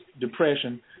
depression